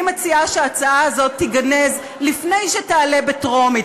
אני מציעה שההצעה הזאת תיגנז לפני שתעלה לטרומית.